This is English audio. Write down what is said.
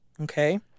Okay